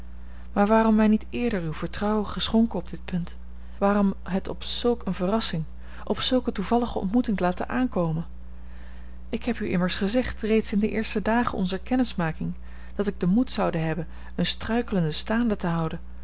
maar waarom mij niet eerder uw vertrouwen geschonken op dit punt waarom het op zulke verrassing op zulke toevallige ontmoeting te laten aankomen ik heb u immers gezegd reeds in de eerste dagen onzer kennismaking dat ik den moed zoude hebben eene struikelende staande te houden